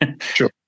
Sure